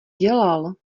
dělal